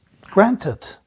granted